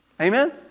Amen